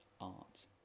art